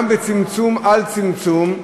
בצמצום על צמצום,